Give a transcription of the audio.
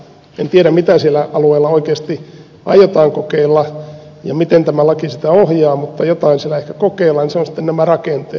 en tiedä mitä sillä alueella oikeasti aiotaan kokeilla ja miten tämä laki sitä ohjaa mutta jotain siellä ehkä kokeillaan ja se on sitten nämä rakenteet